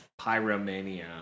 Pyromania